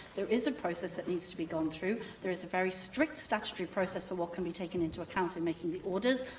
there is a process that needs to be gone through. there is a very strict statutory process for what can be taken into account in making the orders.